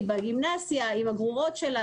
עם הגרורות שלו,